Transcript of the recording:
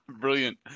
Brilliant